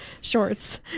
shorts